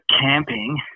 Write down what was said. camping